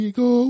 go